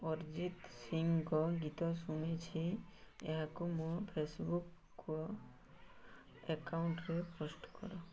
ଅରିଜିତ୍ ସିଂଙ୍କ ଗୀତ ଶୁଣୁଛି ଏହାକୁ ମୋ ଫେସବୁକ୍ ଆକାଉଣ୍ଟରେ ପୋଷ୍ଟ କର